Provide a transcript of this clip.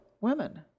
women